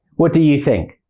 what do you think?